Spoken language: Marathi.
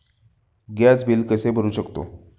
गॅस बिल कसे भरू शकतो?